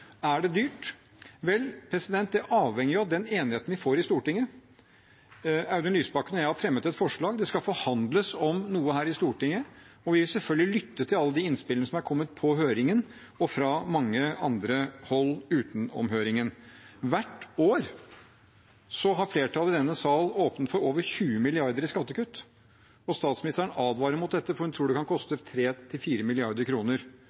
Er det dyrt? Vel – det avhenger av den enigheten vi får i Stortinget. Audun Lysbakken og jeg har fremmet et forslag, det skal forhandles om noe her i Stortinget, og vi vil selvfølgelig lytte til alle innspillene som er kommet i høringen og fra mange andre hold utenom høringen. Hvert år har flertallet i denne sal åpnet for over 20 mrd. kr i skattekutt – og statsministeren advarer mot dette, for hun tror det kan koste